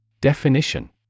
Definition